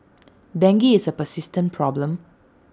dengue is A persistent problem